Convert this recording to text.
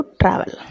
travel